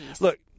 Look